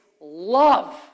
love